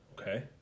Okay